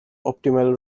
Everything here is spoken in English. optimal